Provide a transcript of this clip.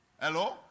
Hello